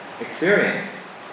experience